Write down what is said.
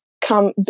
come